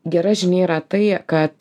gera žinia yra tai kad